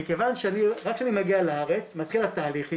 רק כשאני מגיע לארץ מתחיל התהליך איתי,